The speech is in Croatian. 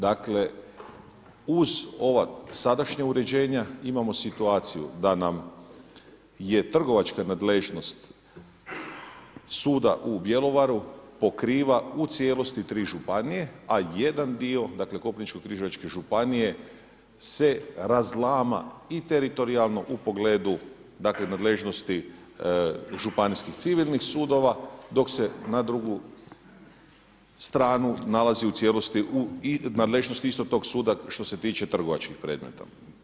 Dakle, uz ova sadašnja uređenja imamo situaciju da nam je trgovačka nadležnost suda u Bjelovaru pokriva u cijelosti tri županije, a jedan dio, dakle, Koprivničko-križevačke županije se razlama i teritorijalno u pogledu nadležnosti dakle, nadležnosti županijskih civilnih sudova, dok se na drugu stranu nalazi u cijelosti u nadležnosti istog tog suda što se tiče trgovačkih predmeta.